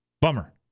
bummer